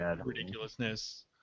ridiculousness